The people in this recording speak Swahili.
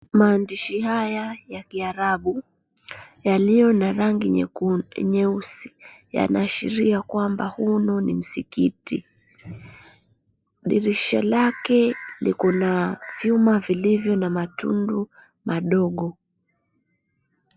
Maandishi haya ya kiarabu, yaliyo na rangi nyekundu nyeusi yanaashiria kwamba huu nao ni msikiti. Dirisha lake likona vyuma vilivyo na matundu madogo.